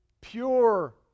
pure